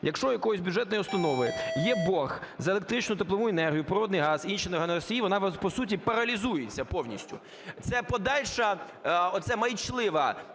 якщо у якоїсь бюджетної установи є борг за електричну, теплову енергію, природний газ і інші енергоносії, вона у вас по суті паралізується повністю. Це подальша, оця маячлива